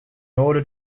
order